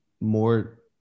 more